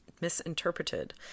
misinterpreted